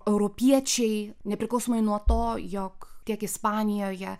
europiečiai nepriklausomai nuo to jog tiek ispanijoje